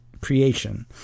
creation